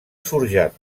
forjats